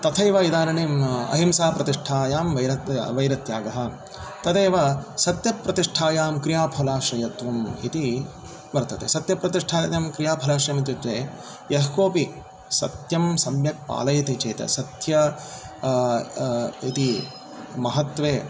तथैव इदाणीम् अहिंसाप्रतिष्ठायां वैरत्यागः तदेव सत्यप्रतिष्ठायां क्रियाफलाश्रयत्वम् इति वर्तते सत्यप्रतिष्ठायां क्रियाफलाश्रयम् इत्युक्ते यः कोपि सत्यं सम्यक् पालयति चेत् सत्य इति महत्त्वे